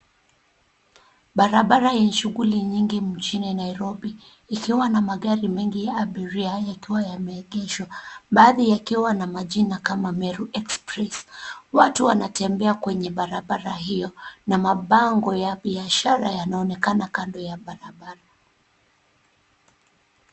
Barabara yenye shuguli nyingi mjini Nairobi ikiwa na magari mengi ya abiria yakiwa yameegeshwa, baadhi yakiwa na majina kama Meru express. Watu wanatembea kwenye barabara hiyo na mabango ya biashara yanaonekana kando ya barabara.